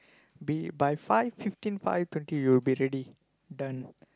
be by five fifteen five twenty you will be ready done